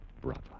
brother